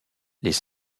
les